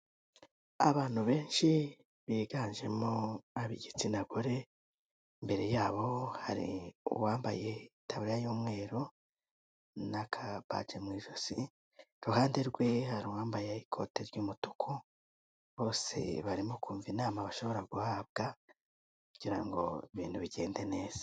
Abantu benshi biganjemo ab'igitsina gore, imbere yabo hari uwambaye itaburiya y'umweru n'akabajyi mu ijosi, iruhande rwe hari uwambaye ikote ry'umutuku, bose barimo kumva inama bashobora guhabwa, kugira ngo ibintu bigende neza.